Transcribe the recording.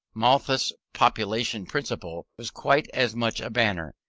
malthus's population principle was quite as much a banner,